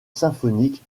symphonique